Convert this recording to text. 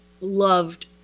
loved